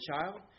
child